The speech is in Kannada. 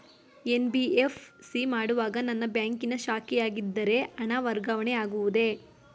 ಎನ್.ಬಿ.ಎಫ್.ಸಿ ಮಾಡುವಾಗ ನನ್ನ ಬ್ಯಾಂಕಿನ ಶಾಖೆಯಾಗಿದ್ದರೆ ಹಣ ವರ್ಗಾವಣೆ ಆಗುವುದೇ?